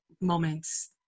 moments